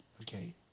Okay